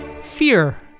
Fear